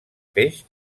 peix